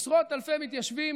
עשרות אלפי מתיישבים,